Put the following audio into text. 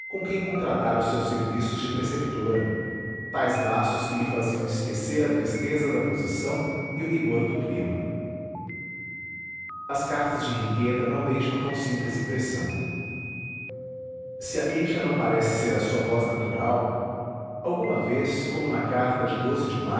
quem contratara os seus serviços de preceptora tais laços que lhe faziam esquecer a tristeza da posição e o rigor do clima as cartas de henriqueta não deixam tão simples impressão se a queixa não parece ser a sua voz natural alguma vez como na carta de a